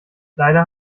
leider